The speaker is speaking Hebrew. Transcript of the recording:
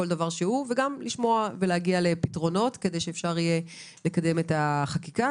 כל דבר הוא וגם לשמוע ולהגיע לפתרונות כדי שאפשר יהיה לקדם את החקיקה.